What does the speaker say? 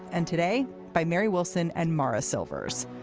and today by mary wilson and maura silvers.